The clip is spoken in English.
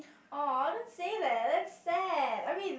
oh I don't see that that's sad I mean